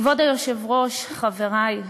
כבוד היושב-ראש, חברי,